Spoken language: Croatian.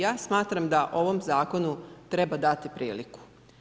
Ja smatram da ovom zakonu treba dati priliku.